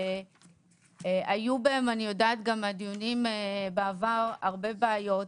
שהיו בהן גם הדיונים בעבר הרבה בעיות.